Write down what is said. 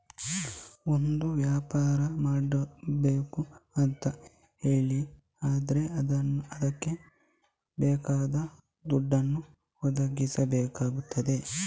ಒಂದು ವ್ಯಾಪಾರ ಮಾಡ್ಬೇಕು ಅಂತ ಹೇಳಿ ಆದ್ರೆ ಅದ್ಕೆ ಬೇಕಾದ ದುಡ್ಡನ್ನ ಒದಗಿಸಬೇಕಾಗ್ತದೆ